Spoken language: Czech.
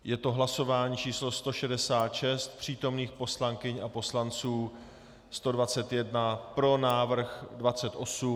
Je to hlasování číslo 166, přítomných poslankyň a poslanců 121, pro návrh 28 .